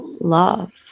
love